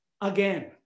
again